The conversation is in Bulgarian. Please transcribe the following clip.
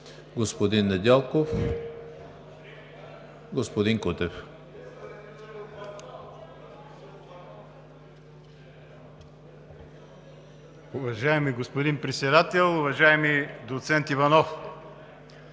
господин Недялков. Господин Кутев,